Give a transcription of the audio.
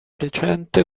recente